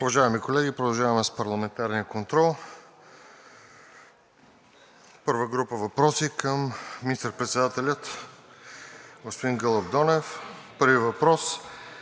Уважаеми колеги, продължаваме с парламентарния контрол. Първата група въпроси е към служебния министър-председател господин Гълъб Донев. Първият въпрос